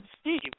Steve